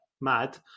mad